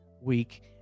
week